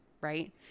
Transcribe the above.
right